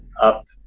up